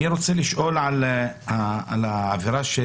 בעמוד 3,